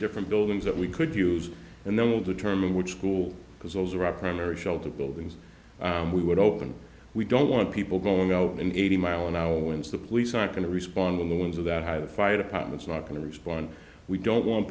different buildings that we could use and then we'll determine which school because those are our primary shelter buildings we would open we don't want people going out in eighty mile an hour winds the police aren't going to respond when the winds of that high the fire department's not going to respond we don't want